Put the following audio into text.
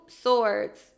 swords